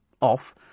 off